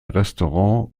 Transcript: restaurant